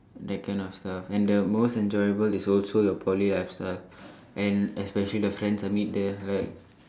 that kind of stuff and the most enjoyable is also your Poly lifestyle and especially the friends I meet there like